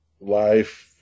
life